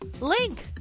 link